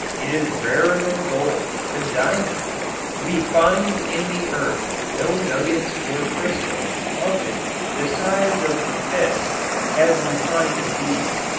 it is rarer than gold, than diamonds we find in the earth no nuggets or crystals of it the size of the fist as we find of these.